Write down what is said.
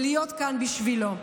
ולהיות כאן בשבילו.